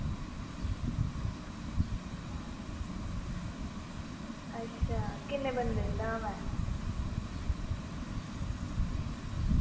अच्छा किन्ने बंदें दी धाम ऐ